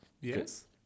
Yes